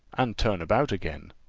and turn about again,